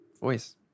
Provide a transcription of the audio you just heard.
Voice